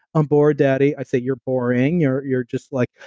um bored, daddy. i say you're boring you're you're just like,